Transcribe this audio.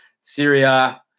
Syria